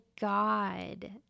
God